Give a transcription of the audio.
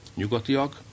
nyugatiak